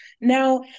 Now